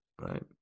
right